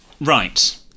Right